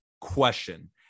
question